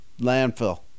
landfill